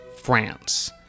France